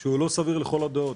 שהוא לא סביר לכל הדעות.